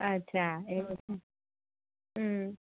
અચ્છાં એવું છે